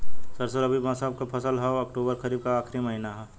सरसो रबी मौसम क फसल हव अक्टूबर खरीफ क आखिर महीना हव